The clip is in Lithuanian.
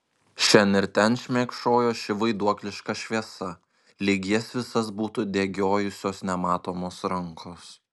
šen ir ten šmėkšojo ši vaiduokliška šviesa lyg jas visas būtų degiojusios nematomos rankos